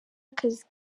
akazi